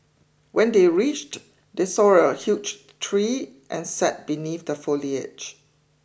when they reached they saw a huge tree and sat beneath the foliage